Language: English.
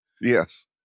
Yes